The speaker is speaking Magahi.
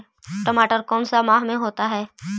टमाटर कौन सा माह में होता है?